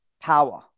power